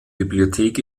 bibliothek